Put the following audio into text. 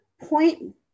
point